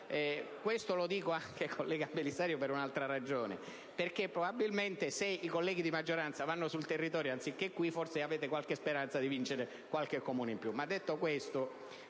Questo lo dico anche, collega Belisario, per un'altra ragione: probabilmente, se i colleghi di maggioranza vanno sul territorio anziché stare in Aula, forse avete qualche speranza di vincere in qualche Comune in più.